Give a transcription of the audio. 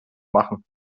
machen